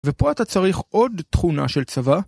ופה אתה צריך עוד תכונה של צבא